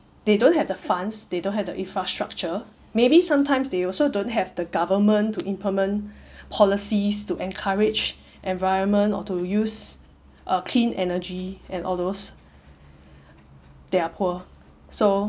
they don't have the funds they don't have the infrastructure maybe sometimes they also don't have the government to implement policies to encourage environment or to use uh clean energy and all those they are poor so